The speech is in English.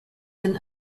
than